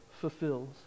fulfills